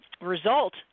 result